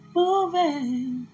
moving